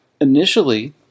initially